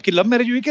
love marriage yeah